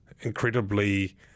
incredibly